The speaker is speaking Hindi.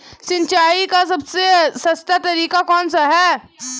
सिंचाई का सबसे सस्ता तरीका कौन सा है?